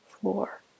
floor